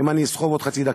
אם אני אסחב עוד חצי דקה.